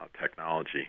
technology